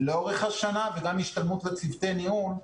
לאורך השנה וגם השתלמות לצוותי ניהול,